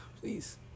Please